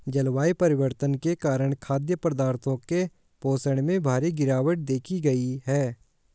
जलवायु परिवर्तन के कारण खाद्य पदार्थों के पोषण में भारी गिरवाट देखी गयी है